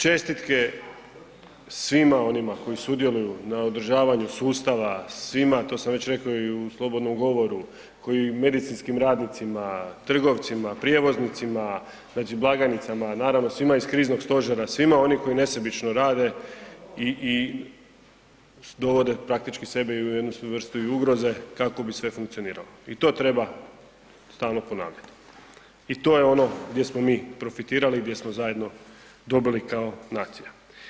Čestitke svima onima koji sudjeluju na održavanju sustava, svima, to sam već rekao i u slobodnom govoru, medicinskim radnicima, trgovcima, prijevoznicima, blagajnicama, naravno svima iz Kriznog stožera, svima onima koji nesebično rade i dovode praktički i sebe u jednu vrstu ugroze kako bi sve funkcioniralo i to treba stalno ponavljati i to je ono gdje smo mi profitirali gdje smo zajedno dobili kao nacija.